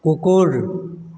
কুকুৰ